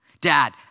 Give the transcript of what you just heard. Dad